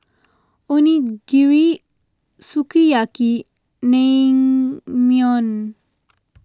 Onigiri Sukiyaki and Naengmyeon